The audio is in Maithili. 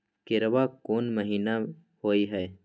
केराव कोन महीना होय हय?